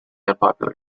unpopular